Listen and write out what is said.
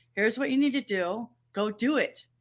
here's what you need to do. go do it.